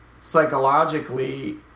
psychologically